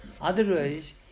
Otherwise